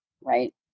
right